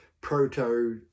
proto